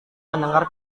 mendengar